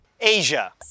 Asia